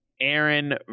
Aaron